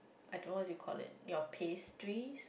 I don't want you collect your pastries